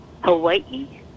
Hawaii